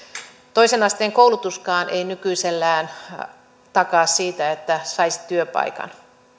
toisen asteen koulutuskaan ei nykyisellään takaa sitä että saisi työpaikan